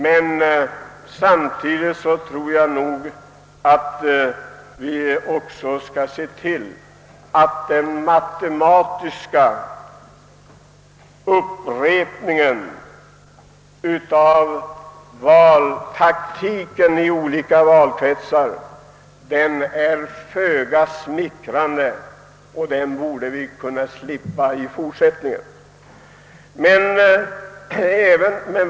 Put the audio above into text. Men samtidigt tror jag att den matematiska upprepningen av valtaktiken i olika valkretsar är föga smickrande, och den borde vi kunna slippa i fortsättningen.